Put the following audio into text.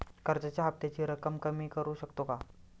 कर्जाच्या हफ्त्याची रक्कम कमी करू शकतो का?